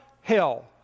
hell